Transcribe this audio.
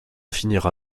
finira